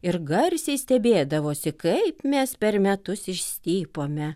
ir garsiai stebėdavosi kaip mes per metus išstypome